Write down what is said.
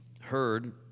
heard